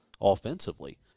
offensively